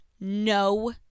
no